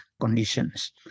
conditions